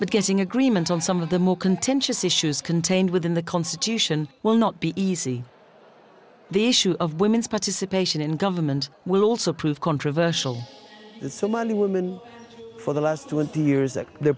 but getting agreement on some of the more contentious issues contained within the constitution will not be easy the issue of women's participation in government will also prove controversial the somali women for the last twenty years that their